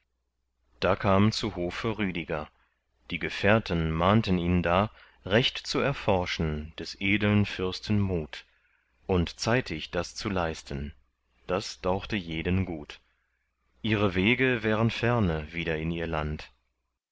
da kam zu hofe rüdiger die gefährten mahnten ihn da recht zu erforschen des edeln fürsten mut und zeitig das zu leisten das dauchte jeden gut ihre wege wären ferne wieder in ihr land